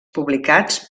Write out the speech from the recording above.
publicats